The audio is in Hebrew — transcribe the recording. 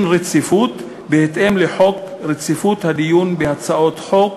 רציפות בהתאם לחוק רציפות הדיון בהצעות חוק,